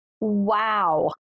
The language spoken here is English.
Wow